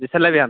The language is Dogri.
जिसलै बी औन